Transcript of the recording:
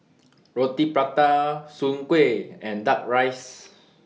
Roti Prata Soon Kway and Duck Rice